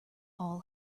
all